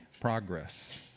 progress